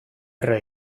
erre